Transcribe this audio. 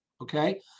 Okay